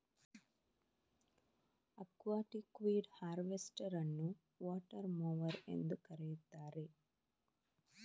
aquatic weed harvester ಅನ್ನುವಾಟರ್ mower ಎಂದೂ ಕರೆಯುತ್ತಾರೆ